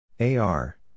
AR